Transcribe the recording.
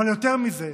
אבל יותר מזה,